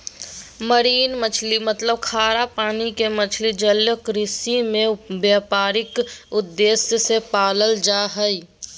marine मछली मतलब खारा पानी के मछली जलीय कृषि में व्यापारिक उद्देश्य से पालल जा हई